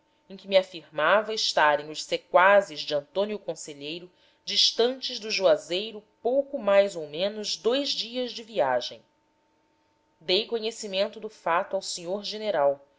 em que me afirmava estarem os sequazes de antônio conselheiro distantes do juazeiro pouco mais ou menos dous dias de viagem dei conhecimento do fato ao sr general